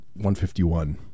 151